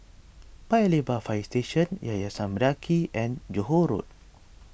Paya Lebar Fire Station Yayasan Mendaki and Johore Road